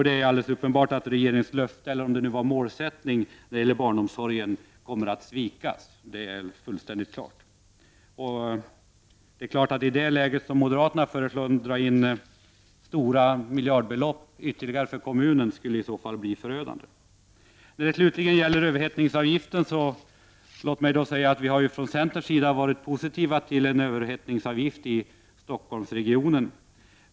Det står fullständigt klart att regeringens löfte — eller om det nu var målsättning — när det gäller barnomsorgen kommer att svikas. Att i detta läge dra in ytterligare miljardbelopp från kommunerna, som moderaterna föreslår, skulle i så fall bli förödande. När det gäller överhettningsavgiften har vi från centerns sida varit positiva till en överhettningsavgift i Stockholmsregionen.